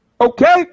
Okay